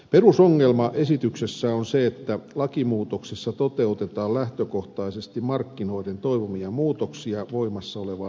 perusongelma esityksessä on se että lakimuutoksessa toteutetaan lähtökohtaisesti markkinoiden toivomia muutoksia voimassa olevaan lainsäädäntöön